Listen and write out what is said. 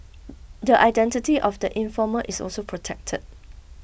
the identity of the informer is also protected